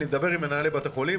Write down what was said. אני מדבר עם מנהלי בתי חולים,